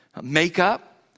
makeup